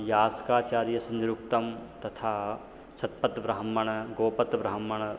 यास्काचार्यस्य निरुक्तं तथा शतपथब्राह्मणं गोपथब्राह्मणं